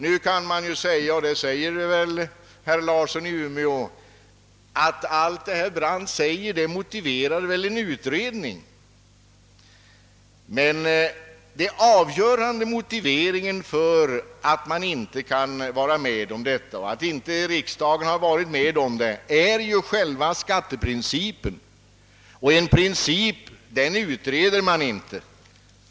Nu kan man säga — vilket jag antar att herr Larsson i Umeå kommer att göra — att allt detta motiverar en utredning. Det avgörande skälet till att man inte kan gå med på detta krav. — vilket riksdagen inte velat — är själva skatteprincipen. En princip, den utreder man inte.